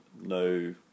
No